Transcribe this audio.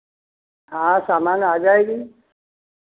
हाँ सामान आ जाएगी